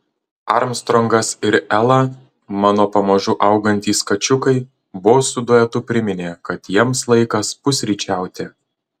armstrongas ir ela mano pamažu augantys kačiukai bosų duetu priminė kad jiems laikas pusryčiauti